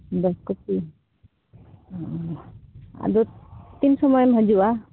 ᱫᱚᱥ ᱠᱚᱯᱤ ᱚᱻ ᱟᱫᱚ ᱛᱤᱱ ᱥᱚᱢᱚᱭᱮᱢ ᱦᱤᱡᱩᱜᱼᱟ